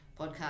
podcast